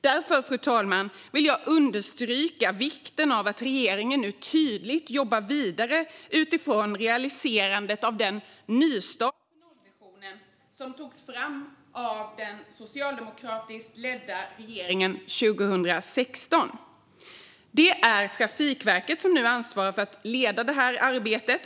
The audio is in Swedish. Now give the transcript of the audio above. Därför, fru talman, vill jag understryka vikten av att regeringen nu tydligt jobbar vidare med realiserandet av den nystart för nollvisionen som togs fram av den socialdemokratiskt ledda regeringen 2016. Det är Trafikverket som nu ansvarar för att leda arbetet.